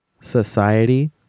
Society